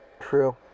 True